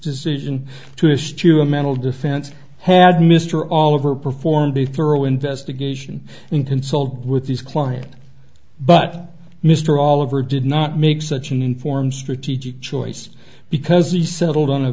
decision to have a mental defense had mr all over performed a thorough investigation in consult with his client but mr all over did not make such an informed strategic choice because he settled on a